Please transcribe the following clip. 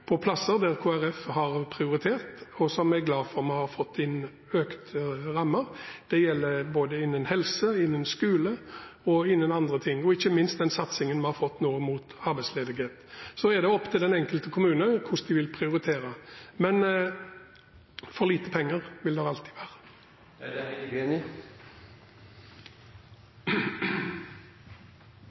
for å ha fått til økte rammer. Det gjelder innen helse, skole og annet, og ikke minst den satsingen vi har fått nå mot arbeidsledighet. Så er det opp til den enkelte kommune hvordan man vil prioritere. Men for lite penger vil det alltid være.